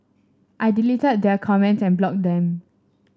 I deleted their comments and blocked them